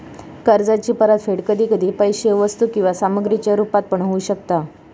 कर्जाची परतफेड कधी कधी पैशे वस्तू किंवा सामग्रीच्या रुपात पण होऊ शकता